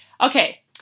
okay